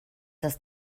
das